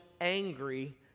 angry